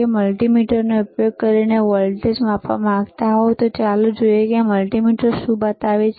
જો તમે મલ્ટિમીટરનો ઉપયોગ કરીને વોલ્ટેજ માપવા માંગતા હો તો ચાલો જોઈએ કે મલ્ટિમીટર શું બતાવે છે